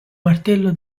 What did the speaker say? martello